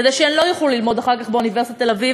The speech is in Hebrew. כדי שהן לא תוכלנה ללמוד אחר כך באוניברסיטת תל-אביב